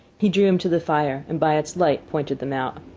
he drew him to the fire and by its light pointed them out.